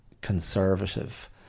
conservative